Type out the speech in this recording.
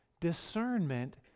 discernment